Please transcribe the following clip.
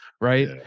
right